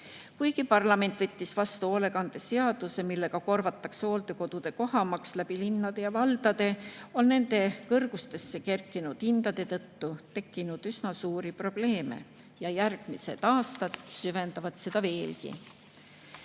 Kuigi parlament võttis vastu hoolekandeseaduse, millega korvatakse hooldekodude kohamaks linnade ja valdade kaudu, on nende kõrgustesse kerkinud hindade tõttu tekkinud üsna suuri probleeme ja järgmised aastad süvendavad neid veelgi.